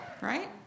right